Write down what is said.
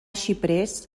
xiprers